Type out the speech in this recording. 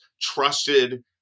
trusted